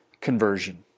conversion